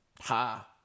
Ha